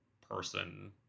person